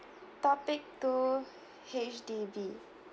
topic two H_D_B